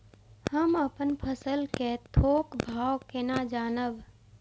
हम अपन फसल कै थौक भाव केना जानब?